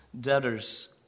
debtors